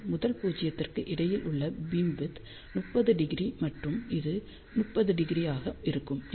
எனவே முதல் பூஜ்யத்திற்கு இடையில் உள்ள பீம்விட்த் 30° மற்றும் இது 30° ஆக இருக்கும்